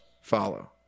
follow